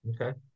Okay